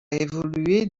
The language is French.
évoluer